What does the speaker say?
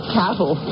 cattle